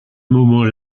moment